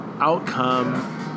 outcome